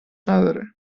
نداره